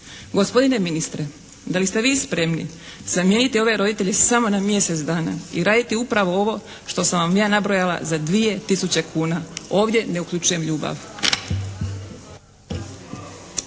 Gospodine ministre da li ste vi spremni zamijeniti ove roditelje samo na mjesec dana i raditi upravo ovo što sam vam ja nabrojala za dvije tisuće kuna. Ovdje ne uključujem ljubav.